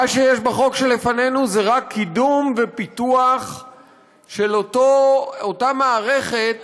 מה שיש בחוק שלפנינו זה רק קידום ופיתוח של אותה מערכת